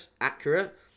accurate